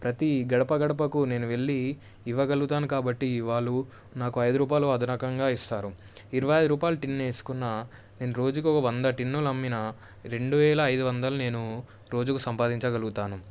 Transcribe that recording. ప్రతి గడప గడపకు నేను వెళ్ళి ఇవ్వగలుగుతాను కాబట్టి వాళ్ళు నాకు ఐదు రూపాయలు అదనంగా ఇస్తారు ఇరవై అయిదు రూపాయలు టిన్ను వేసుకున్నా నేను రోజుకు వంద టిన్నులు అమ్మినా రెండు వేల అయిదు వందలు నేను రోజుకు సంపాదించగలుగుతాను